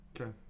Okay